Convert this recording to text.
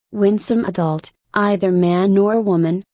winsome adult, either man or woman,